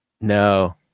No